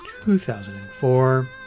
2004